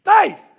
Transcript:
Faith